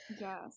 yes